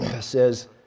says